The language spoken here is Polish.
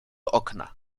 okna